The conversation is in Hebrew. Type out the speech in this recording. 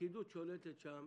הפקידות שולטת שם.